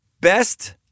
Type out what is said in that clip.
Best